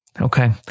Okay